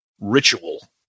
Ritual